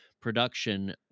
production